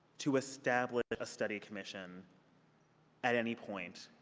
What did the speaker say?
to establish a study commission at any point